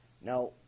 Now